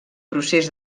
procés